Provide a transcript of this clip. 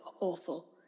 awful